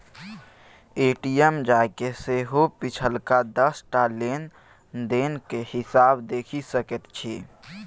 ATM जाकए सेहो पिछलका दस टा लेन देनक हिसाब देखि सकैत छी